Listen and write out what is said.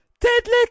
Deadly